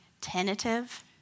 tentative